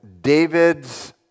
David's